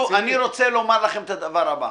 אני רוצה לומר לכם את הדבר הבא,